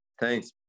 thanks